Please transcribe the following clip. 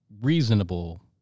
reasonable